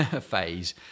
phase